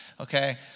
Okay